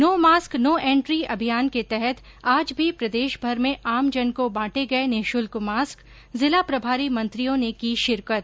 no mask no entry अभियान के तहत आज भी प्रदेश भर में आमजन को बांटे गये निशुल्क मास्क जिला प्रभारी मंत्रियों ने की शिरकत